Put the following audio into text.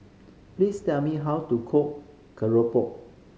please tell me how to cook keropok